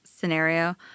scenario